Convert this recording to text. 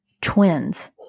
twins